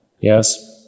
Yes